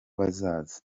bazaza